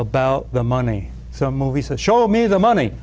about the money so movies that show me the money